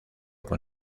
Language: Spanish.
con